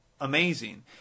amazing